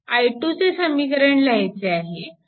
i2 चे समीकरण लिहायचे आहे